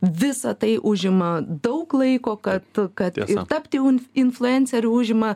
visa tai užima daug laiko kad kad ir tapti un influencerių užima